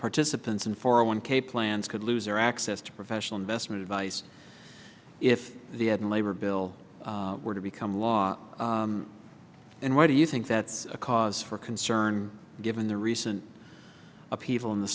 participants in for a one k plans could lose their access to professional investment advice if the at and labor bill were to become law and why do you think that's a cause for concern given the recent upheaval in the